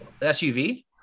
SUV